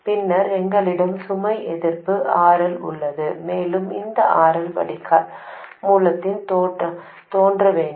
பின்னர் எங்களிடம் சுமை எதிர்ப்பு RL உள்ளது மேலும் இந்த RL வடிகால் மூலத்தில் தோன்ற வேண்டும்